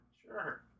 Sure